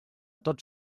tots